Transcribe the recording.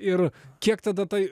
ir kiek tada tai